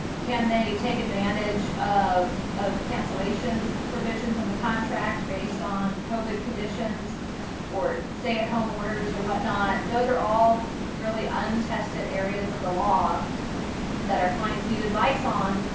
can they take advantage of of cancellation provisions in the contract based on covid conditions or stay at home orders or whatnot? those are all really untested areas of the law that our clients need advice on,